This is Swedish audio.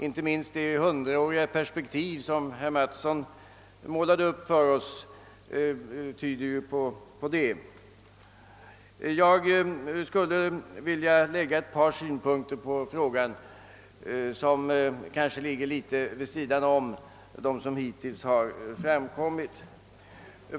Inte minst det hundraåriga perspektiv som herr Mattsson målade upp för oss tyder på. det. Jag skulle vilja anlägga ett par synpunkter som kanske ligger litet vid sidan av dem som hittills har framkommit.